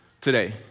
today